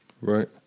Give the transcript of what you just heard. Right